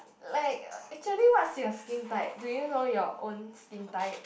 like actually what's your skin type do you know your own skin type